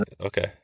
okay